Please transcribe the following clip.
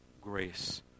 grace